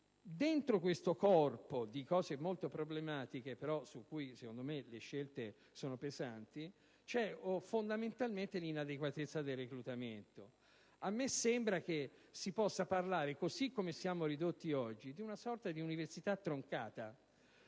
Dentro questo corpo di cose molto problematiche, su cui si sono fatte scelte pesanti, c'è fondamentalmente l'inadeguatezza del reclutamento. A me sembra che si possa parlare, così come siamo ridotti oggi, di una sorta di università troncata.